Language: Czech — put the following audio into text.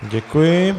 Děkuji.